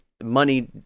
money